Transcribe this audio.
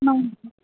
ma'am